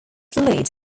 fluids